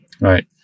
right